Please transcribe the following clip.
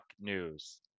News